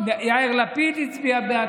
יאיר לפיד הצביע בעד,